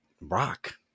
rock